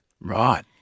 Right